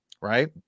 right